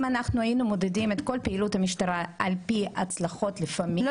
אם היינו מודדים את כל פעילות המשטרה על פי הצלחות --- לא,